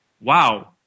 wow